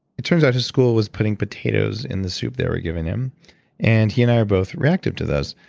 it turns out his school was putting potatoes in the soup they were giving him and he and i are both reactive to those.